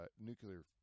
nuclear